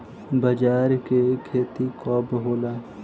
बजरा के खेती कब होला?